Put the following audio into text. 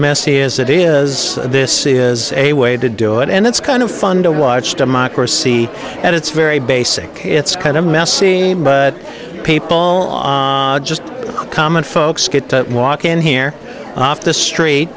messy as it is this is a way to do it and it's kind of fun to watch democracy at its very basic it's kind of messy but people are just common folks get to walk in here off the street